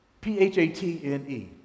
P-H-A-T-N-E